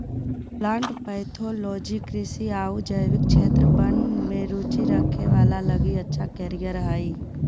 plant pathology कृषि आऊ जैविक क्षेत्र वन में रुचि रखे वाला लगी अच्छा कैरियर हइ